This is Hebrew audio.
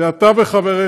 זה אתה וחבריך.